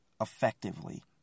effectively